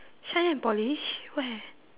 shine and polish where